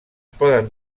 poden